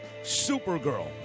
supergirl